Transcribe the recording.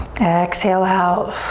exhale out.